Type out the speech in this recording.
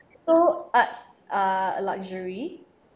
so arts are luxury